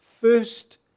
first